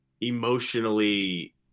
emotionally